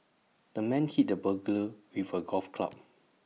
the man hit the burglar with A golf club